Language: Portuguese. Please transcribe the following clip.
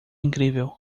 incrível